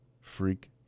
Freak